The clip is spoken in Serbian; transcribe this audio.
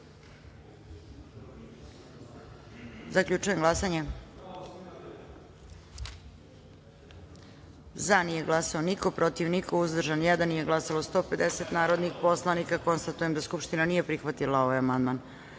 amandman. Zaključujem glasanje: za – niko, protiv – niko, uzdržan – jedan, nije glasalo 150 narodnih poslanika. Konstatujem da Skupština nije prihvatila ovaj amandman. Na